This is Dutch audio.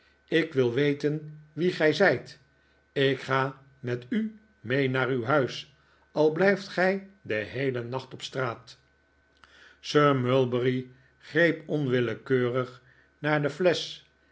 ik wil weten wie gij zijt ik ga met u mee naar uw huis al blijft gij den heelen nacht op straat sir mulberry greep onwillekeurig naar de flesch